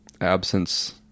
absence